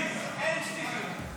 אין שטיחים.